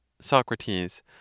SOCRATES